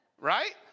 right